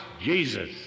Jesus